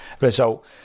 result